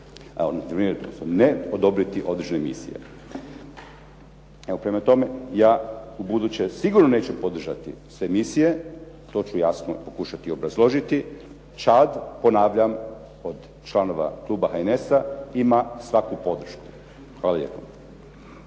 ne odobriti određene misije. Evo, prema tome, ja ubuduće sigurno neću podržati sve misije, to ću jasno pokušati obrazložiti. Čad, ponavljam, od članova kluba HNS-a ima svaku podršku. Hvala lijepo.